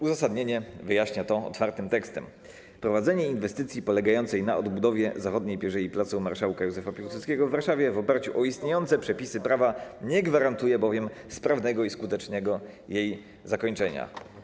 Uzasadnienie wyjaśnia to otwartym tekstem: „Prowadzenie inwestycji polegającej na odbudowie zachodniej pierzei Placu Marszałka Józefa Piłsudskiego w Warszawie w oparciu o istniejące przepisy prawa nie gwarantuje bowiem sprawnego i skutecznego jej zakończenia